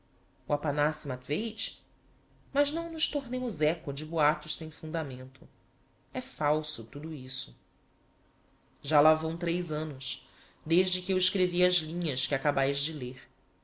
mas não nos tornemos éco de boatos sem fundamento é falso tudo isso já lá vão três annos desde que eu escrevi as linhas que acabaes de ler